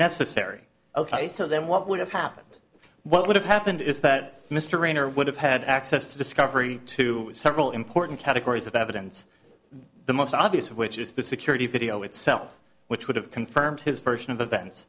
necessary ok so then what would have happened what would have happened is that mr reiner would have had access to discovery to several important categories of evidence the most obvious of which is the security video itself which would have confirmed his version of events